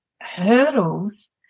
hurdles